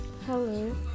Hello